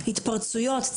התפרצויות,